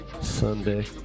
Sunday